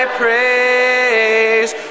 praise